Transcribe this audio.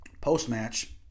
post-match